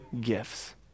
gifts